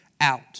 out